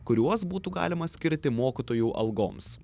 kuriuos būtų galima skirti mokytojų algoms